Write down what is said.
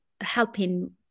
helping